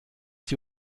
sie